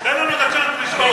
תן לנו את הצ'אנס לשאול.